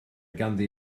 ganddi